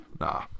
nah